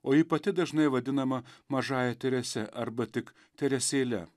o ji pati dažnai vadinama mažąja terese arba tik teresėle